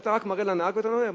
היית רק מראה לנהג, ואתה עולה.